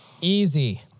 easy